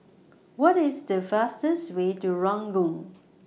What IS The fastest Way to Ranggung